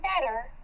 better